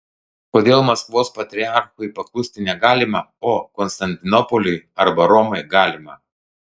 kodėl maskvos patriarchui paklusti negalima o konstantinopoliui arba romai galima